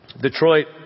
Detroit